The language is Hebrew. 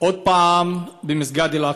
עוד פעם, במסגד אל-אקצא,